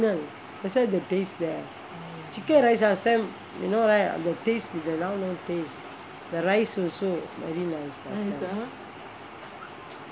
that's why the taste there chicken rice last time you know right அந்த:antha taste இதெல்லாம்:ithellaam the rice also very nice lah